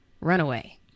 Runaway